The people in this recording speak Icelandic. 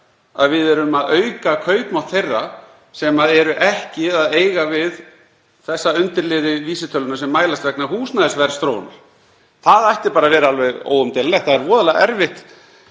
að við erum að auka kaupmátt þeirra sem eru ekki að eiga við þá undirliði vísitölunnar sem mælast vegna húsnæðisverðsþróunar. Það ætti að vera alveg óumdeilanlegt. Það er voðalega erfitt